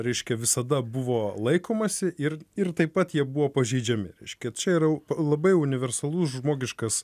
reiškia visada buvo laikomasi ir ir taip pat jie buvo pažeidžiami reiškia čia yra labai universalus žmogiškas